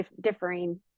differing